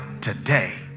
today